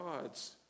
God's